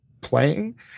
playing